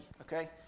okay